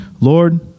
Lord